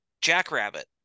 Jackrabbit